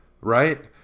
Right